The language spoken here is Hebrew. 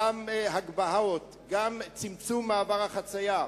גם הגבהות, גם צמצום מעבר החצייה.